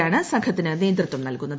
യാണ് സംഘത്തിന് നേതൃത്വം നൽകുന്നത്